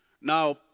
Now